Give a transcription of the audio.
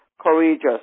courageous